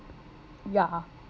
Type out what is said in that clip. yeah